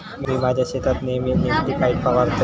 म्या माझ्या शेतात नेयमी नेमॅटिकाइड फवारतय